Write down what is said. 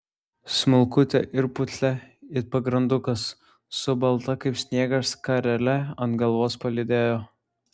smulkutę ir putlią it pagrandukas su balta kaip sniegas skarele ant galvos palydėjo